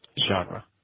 genre